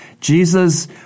Jesus